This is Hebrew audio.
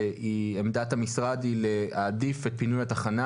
ועמדת המשרד היא להעדיף את פינוי התחנה